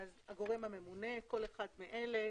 הגורם הממונה - כל אחד מאלה,